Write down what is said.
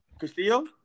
Castillo